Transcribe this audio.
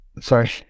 Sorry